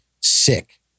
sick